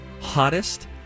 hottest